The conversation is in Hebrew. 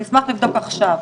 אני אשמח לבדוק עכשיו,